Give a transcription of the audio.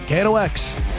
KNOX